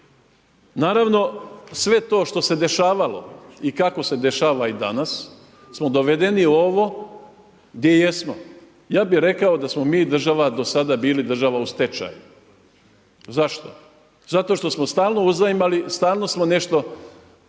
Naravno sve to što se dešavalo i kako se dešava danas smo dovedeni u ovo gdje jesmo. Ja bih rekao da smo mi država, do sada bili država u stečaju. Zašto? Zato što smo stalno uzajmali, stalno smo nešto,